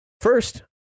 First